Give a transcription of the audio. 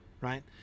right